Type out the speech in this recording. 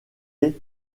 est